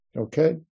Okay